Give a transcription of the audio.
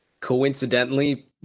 Coincidentally